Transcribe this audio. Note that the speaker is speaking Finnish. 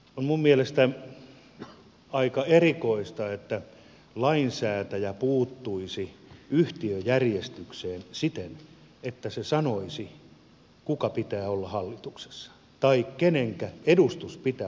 on minun mielestäni aika erikoista että lainsäätäjä puuttuisi yhtiöjärjestykseen siten että se sanoisi kenen pitää olla hallituksessa tai kenenkä edustus pitää olla hallituksessa